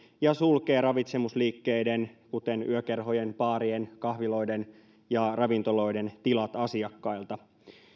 ja sulkee ravitsemusliikkeiden kuten yökerhojen baarien kahviloiden ja ravintoloiden tilat asiakkailta